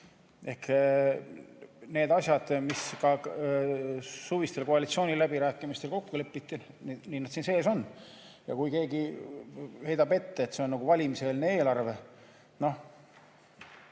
ehk need asjad, mis ka suvistel koalitsiooniläbirääkimistel kokku lepiti, nii nad siin sees on. Ja kui keegi heidab ette, et see on nagu valimiseelne eelarve – noh,